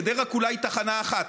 חדרה כולה היא תחנה אחת.